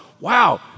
Wow